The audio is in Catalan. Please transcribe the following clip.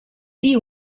dir